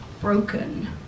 broken